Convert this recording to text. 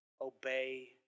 Obey